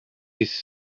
his